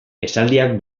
esaldiak